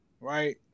right